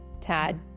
Tad